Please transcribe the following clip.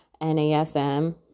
NASM